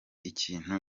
ikintu